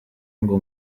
ngo